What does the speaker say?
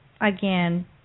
again